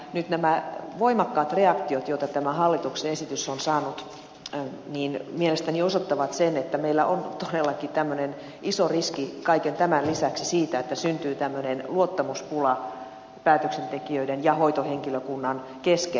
nyt nämä voimakkaat reaktiot joita tämä hallituksen esitys on saanut mielestäni osoittavat sen että meillä on todellakin tämmöinen iso riski kaiken tämän lisäksi siitä että syntyy tämmöinen luottamuspula päätöksentekijöiden ja hoitohenkilökunnan kesken